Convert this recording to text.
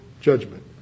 judgment